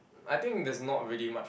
I think there's not really much